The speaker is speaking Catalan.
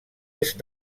est